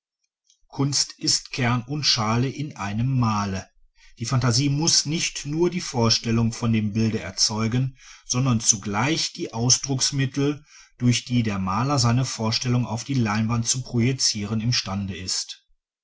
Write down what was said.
kunst ist kern und schale in einem male die phantasie muß nicht nur die vorstellung von dem bilde erzeugen sondern zugleich die ausdrucksmittel durch die der maler seine vorstellung auf die leinwand zu projizieren imstande ist